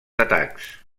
atacs